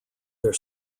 their